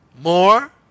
more